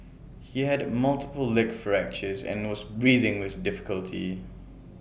he had multiple leg fractures and also breathing with difficulty